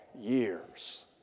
years